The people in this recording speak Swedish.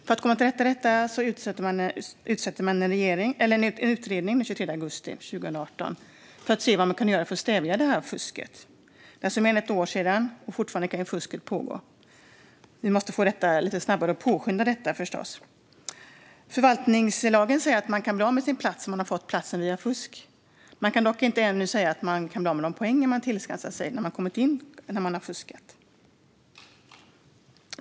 För att komma till rätta med detta tillsatte regeringen en utredning den 23 augusti 2018 för att se vad som kan göras för att stävja fusket. Det var alltså mer än ett år sedan, och fusket kan fortfarande pågå. Vi måste påskynda utredningen. Förvaltningslagen säger att man kan bli av med sin plats om man fått den via fusk. Man kan dock ännu inte bli av med de poäng man tillskansat sig när man kommit in efter att ha fuskat.